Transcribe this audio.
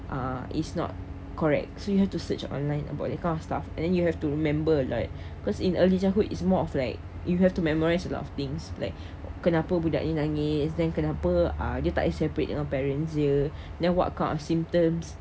uh is not correct so you have to search online about that kind of stuff and then you have to remember like cause in early childhood is more of like you have to memorise a lot of things like kenapa budak ini nangis then kenapa ah dia tak eh separate dengan parents jer then uh what kind of symptoms